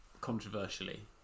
controversially